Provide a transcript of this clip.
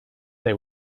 they